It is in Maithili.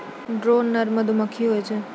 ड्रोन नर मधुमक्खी होय छै